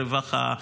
הרווחה,